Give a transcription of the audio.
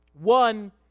One